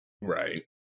Right